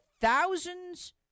thousands